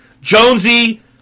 Jonesy